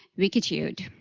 wikitude.